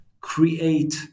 create